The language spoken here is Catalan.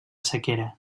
sequera